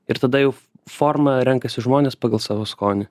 ir tada jau formą renkasi žmonės pagal savo skonį